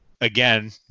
again